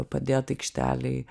padėt aikštelėj